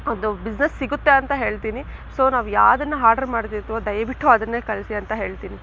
ಒಂದು ಬಿಸ್ನೆಸ್ ಸಿಗುತ್ತೆ ಅಂತ ಹೇಳ್ತೀನಿ ಸೊ ನಾವು ಯಾವುದನ್ನ ಆರ್ಡರ್ ಮಾಡ್ತಿರ್ತಿವೋ ದಯವಿಟ್ಟು ಅದನ್ನೇ ಕಳಿಸಿ ಅಂತ ಹೇಳ್ತೀನಿ